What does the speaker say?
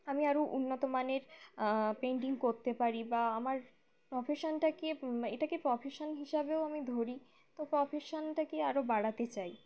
আমি আরও উন্নত মানের পেন্টিং করতে পারি বা আমার প্রফেশানটাকে এটাকে প্রফেশান হিসাবেও আমি ধরি তো প্রফেশানটাকে আরও বাড়াতে চাই